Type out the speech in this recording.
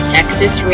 Texas